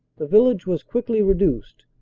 the village was quickly reduced,